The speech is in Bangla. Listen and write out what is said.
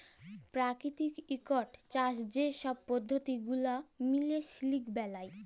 পেরাকিতিক ইকট চাষ যে ছব পদ্ধতি গুলা মিলে সিলিক বেলায়